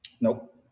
Nope